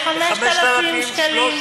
הוא יעלה ל-5,000 שקלים.